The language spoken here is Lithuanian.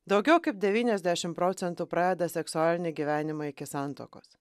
daugiau kaip devyniasdešimt procentų pradeda seksualinį gyvenimą iki santuokos